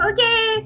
Okay